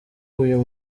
uyu